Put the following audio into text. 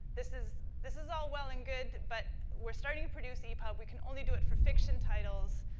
this is this is all well and good, but we're starting to produce epub. we can only do it for fiction titles,